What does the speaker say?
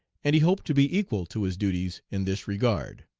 and he hoped to be equal to his duties in this regard.